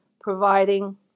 providing